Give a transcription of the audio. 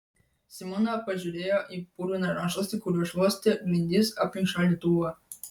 simona pažiūrėjo į purviną rankšluostį kuriuo šluostė grindis aplink šaldytuvą